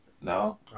No